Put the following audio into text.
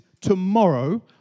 tomorrow